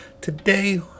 Today